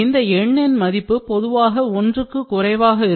இந்த எண்ணின் மதிப்பு பொதுவாக ஒன்றுக்கு குறைவாக இருக்கும்